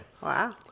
Wow